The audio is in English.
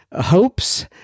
hopes